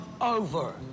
over